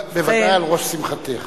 בוודאי על ראש שמחתך.